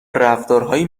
رفتارهایی